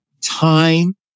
time